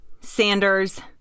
Sanders